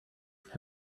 have